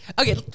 Okay